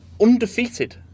undefeated